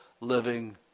living